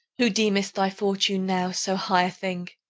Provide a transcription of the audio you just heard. who deem'st thy fortune now so high a thing,